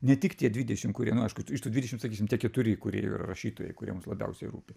ne tik tie dvidešim kurie nu aišku iš tų dvidešim sakysim tie keturi kurie yra nu rašytojai kuriems labiausiai rūpi